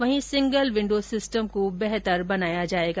वहीं single window system को बेहतर बनाया जायेगा